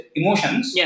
emotions